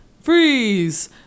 Freeze